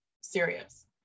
serious